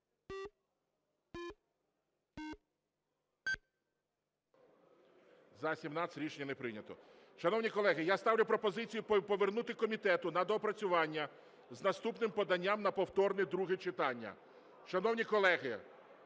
За-17 Рішення не прийнято. Шановні колеги, я ставлю пропозицію повернути комітету на доопрацювання з наступним поданням на повторне друге читання. Шановні колеги,